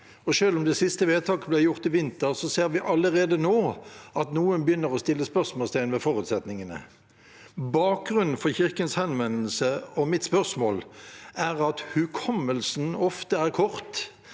og selv om det siste vedtaket ble gjort i vinter, ser vi allerede nå at noen begynner å stille spørsmål ved forutsetningene. Bakgrunnen for Kirkens henvendelse og mitt spørsmål er at hukommelsen ofte er kort,